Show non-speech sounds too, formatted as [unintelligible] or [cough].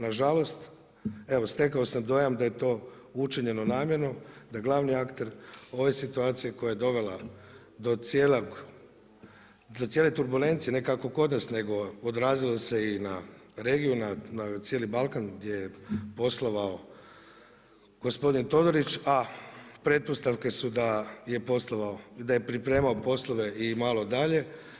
Na žalost evo stekao sam dojam da je to učinjeno namjerno, da glavni akter ove situacije koja je dovela do cijele turbulencije, … [unintelligible] odrazilo se i na regiju, na cijeli Balkan gdje je poslovao gospodin Todorić, a pretpostavke su da je pripremao poslove i malo dalje.